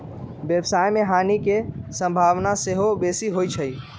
व्यवसाय में हानि के संभावना सेहो बेशी होइ छइ